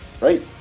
Right